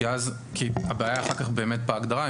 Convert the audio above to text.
כי הבעיה אחר כך באמת בהגדרה,